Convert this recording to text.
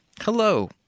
Hello